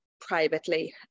privately